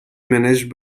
managed